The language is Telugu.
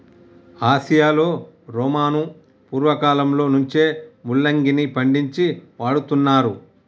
ఆసియాలో రోమను పూర్వకాలంలో నుంచే ముల్లంగిని పండించి వాడుతున్నారు